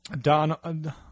Don